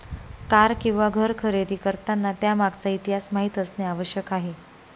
car किंवा घर खरेदी करताना त्यामागचा इतिहास माहित असणे आवश्यक आहे